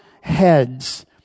heads